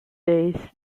days